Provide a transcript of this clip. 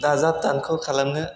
दाजाब दानख' खालामनो